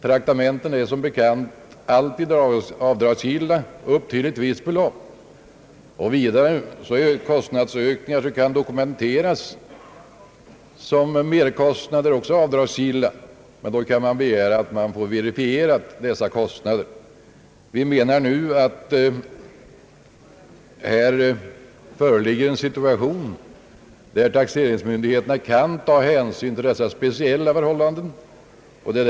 Traktamenten är som bekant alltid avdragsgilla upp till ett visst belopp, och dessutom är kostnadsökningar, som kan dokumenteras såsom merkostnader, också avdragsgilla; men då kan verifikationer för dessa kostnader begäras. Vi anser nu att taxeringsmyndigheterna i den situation, som det här gäller, kan ta hänsyn till de speciella förhållandena.